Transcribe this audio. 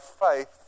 faith